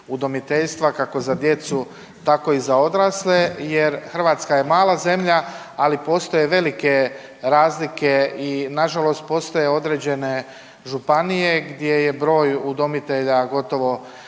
udomiteljstva kako za djecu tako i za odrasle jer Hrvatska je mala zemlja, ali postoje velike razlike i nažalost postoje određene županije gdje je broj udomitelja gotovo